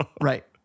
Right